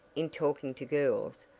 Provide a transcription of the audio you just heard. in talking to girls,